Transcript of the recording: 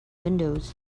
windows